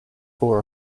four